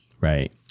Right